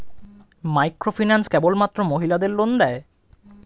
Microfinance কেবলমাত্র মহিলাদের loan দেয়?